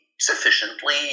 sufficiently